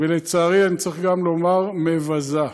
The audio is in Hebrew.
ולצערי, אני צריך גם לומר, מבזה.